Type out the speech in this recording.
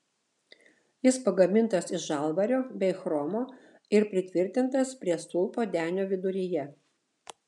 jis pagamintas iš žalvario bei chromo ir pritvirtintas prie stulpo denio viduryje